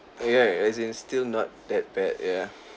right as in still not that bad ya